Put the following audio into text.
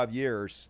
years